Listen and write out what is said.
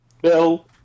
Bill